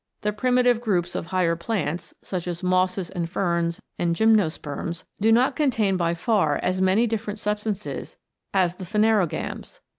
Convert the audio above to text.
the primitive groups of higher plants, such as mosses and ferns, and gymnosperms, do not contain by far as many different substances as the phanerogams.